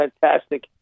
fantastic